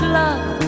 love